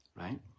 right